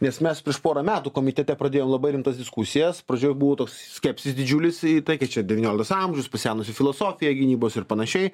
nes mes prieš porą metų komitete pradėjom labai rimtas diskusijas pradžioj buvo toks skepsis didžiulis į tai kad čia devynioliktas amžiaus pasenusi filosofija gynybos ir panašiai